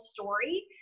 story